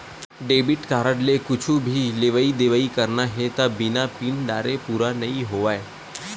debit card ले कुछु भी लेवइ देवइ करना हे त बिना पिन डारे पूरा नइ होवय